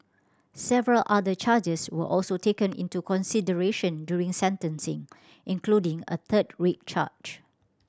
several other charges were also taken into consideration during sentencing including a third rape charge